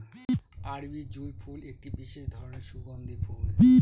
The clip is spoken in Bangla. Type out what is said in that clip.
আরবি জুঁই ফুল একটি বিশেষ ধরনের সুগন্ধি ফুল